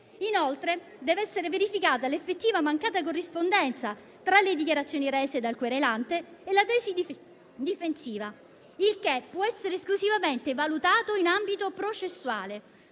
Inoltre, deve essere verificata l'effettiva mancata corrispondenza tra le dichiarazioni rese dal querelante e la tesi difensiva. Ciò può essere esclusivamente valutato in ambito processuale.